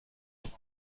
بود